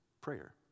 prayer